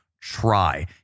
try